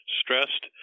stressed